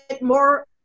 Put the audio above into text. more